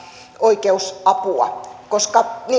oikeusapua niin kuin